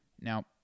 Now